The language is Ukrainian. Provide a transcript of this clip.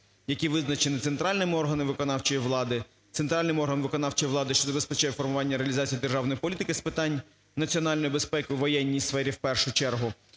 влади, центральними органами виконавчої влади, що забезпечує формування і реалізацію державної політики з питань національної безпеки у воєнній сфері в першу чергу,